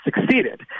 succeeded